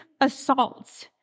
assaults